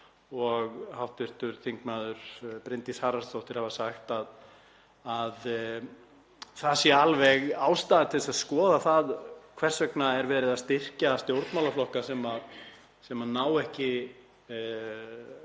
og hv. þm. Bryndís Haraldsdóttir, hafa sagt að það sé alveg ástæða til að skoða það hvers vegna er verið að styrkja stjórnmálaflokka sem ná ekki